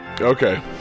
Okay